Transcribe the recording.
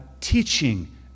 teaching